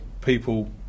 people